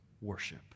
worship